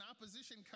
opposition